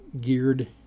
geared